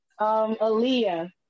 Aaliyah